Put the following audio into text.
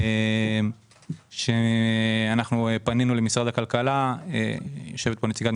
או שיש דיונים על הנוסח עם